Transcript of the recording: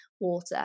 water